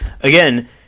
again